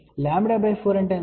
λ 4 అంటే ఎంత